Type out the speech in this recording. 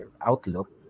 outlook